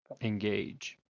engage